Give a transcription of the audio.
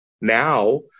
Now